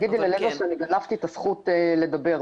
אני 22 שנה מתפקדת